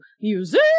music